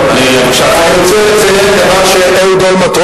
אני רוצה לציין דבר שאהוד אולמרט,